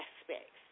aspects